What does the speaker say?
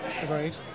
agreed